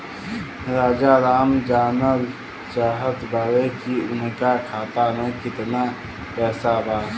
राजाराम जानल चाहत बड़े की उनका खाता में कितना पैसा बा?